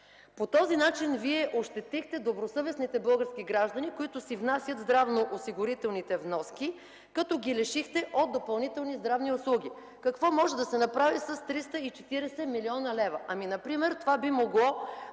По този начин Вие ощетихте добросъвестните български граждани, които си внасят здравноосигурителните вноски, като ги лишихте от допълнителни здравни услуги. Какво може да се направи с 340 млн. лв.? Това например би могло